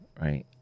right